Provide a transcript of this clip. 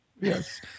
Yes